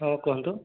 ହଁ କୁହନ୍ତୁ